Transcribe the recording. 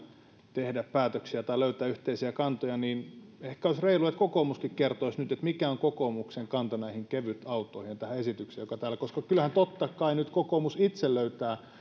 tehdä päätöksiä tai löytää yhteisiä kantoja niin ehkä olisi reilua että kokoomuskin kertoisi nyt nyt mikä on kokoomuksen kanta näihin kevytautoihin ja tähän esitykseen joka täällä kyllähän totta kai nyt kokoomus itse löytää